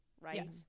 right